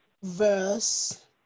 Verse